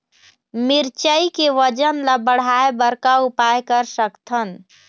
मिरचई के वजन ला बढ़ाएं बर का उपाय कर सकथन?